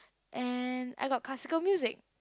and I got classical music